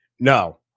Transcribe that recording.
No